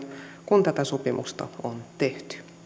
kun tätä sopimusta on tehty